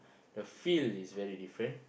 the field is very different